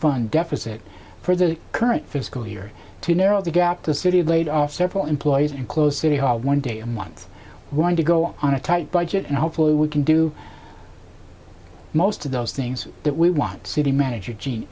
fund deficit for the current fiscal year to narrow the gap the city of laid off several employees and closed city hall one day a month we're going to go on a tight budget and hopefully we can do most of those things that we want city manager